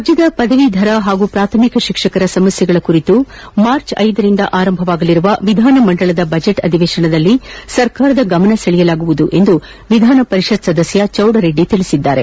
ರಾಜ್ಯದ ಪದವೀಧರ ಹಾಗೂ ಪ್ರಾಥಮಿಕ ಶಿಕ್ಷಕರ ಸಮಸ್ಯೆಗಳ ಕುರಿತು ಮಾರ್ಚ್ ಐದರಿಂದ ಆರಂಭವಾಗಲಿರುವ ವಿಧಾನಮಂಡಲದ ಬಜೆಟ್ ಅಧಿವೇಶನದಲ್ಲಿ ಸರ್ಕಾರದ ಗಮನಸೆಳೆಯಲಾಗುವುದು ಎಂದು ವಿಧಾನಪರಿಷತ್ ಸದಸ್ಯ ಚೌಡರೆಡ್ಡಿ ಹೇಳಿದ್ದಾರೆ